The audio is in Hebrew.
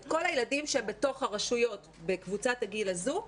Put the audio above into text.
את כל הילדים שהם בתוך הרשויות בקבוצת הגיל הזו,